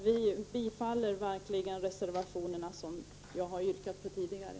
Vi biträder verkligen reservationerna som jag har yrkat bifall till tidigare.